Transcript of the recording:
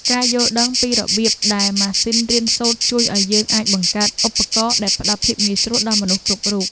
ការយល់ដឹងពីរបៀបដែលម៉ាស៊ីនរៀនសូត្រជួយឱ្យយើងអាចបង្កើតឧបករណ៍ដែលផ្តល់ភាពងាយស្រួលដល់មនុស្សគ្រប់រូប។